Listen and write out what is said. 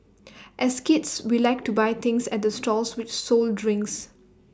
as kids we liked to buy things at the stalls which sold drinks